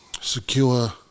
secure